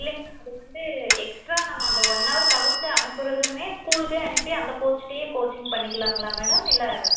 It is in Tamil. இல்லைங்க அது வந்து எக்ஸ்ட்ரா நம்ம அந்த ஒன்னவர் தவிர்த்து அனுப்புறதுமே ஸ்கூலுக்கே அனுப்பி அந்த கோட்ச்டையே கோச்சிங் பண்ணிக்கலாங்களா மேடம் இல்லை